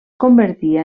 convertia